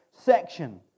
section